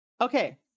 Okay